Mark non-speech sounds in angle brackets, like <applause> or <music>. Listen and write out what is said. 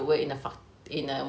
<laughs>